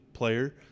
player